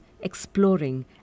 exploring